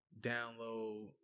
download